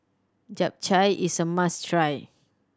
japchae is a must try